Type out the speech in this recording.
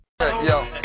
Yo